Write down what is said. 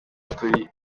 turi